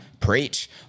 Preach